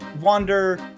wander